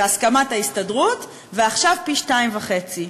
בהסכמת ההסתדרות, ועכשיו זה פי שניים-וחצי.